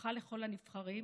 ברכה לכל הנבחרים